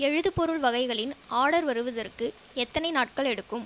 எழுதுபொருள் வகைகளின் ஆர்டர் வருவதற்கு எத்தனை நாட்கள் எடுக்கும்